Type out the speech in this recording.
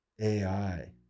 AI